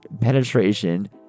penetration